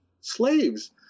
slaves